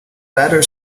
letter